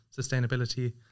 sustainability